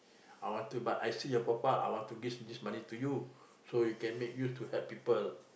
I want to but I see your profile I want to give this money to you so you can make use to help people